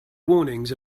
warnings